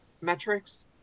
metrics